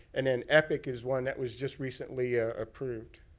and then epic is one that was just recently ah approved.